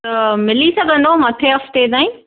त मिली सघंदो मथें हफ़्ते ताईं